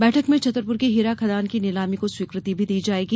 बैठक में छतरपुर की हीरा खदान की नीलामी को स्वीकृति भी दी जाएगी